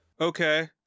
Okay